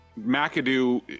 McAdoo